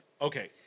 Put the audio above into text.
okay